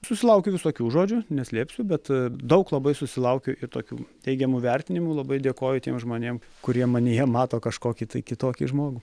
susilaukiu visokių žodžių neslėpsiu bet daug labai susilaukiu ir tokių teigiamų vertinimų labai dėkoju tiem žmonėm kurie manyje mato kažkokį kitokį žmogų